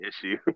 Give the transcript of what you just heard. issue